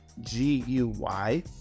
g-u-y